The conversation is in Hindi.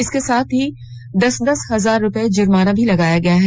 इसके साथ ही दस दस हजार रूपये जुर्माना भी लगाया गया है